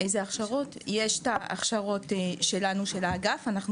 יש את ההכשרות של האגף שלנו.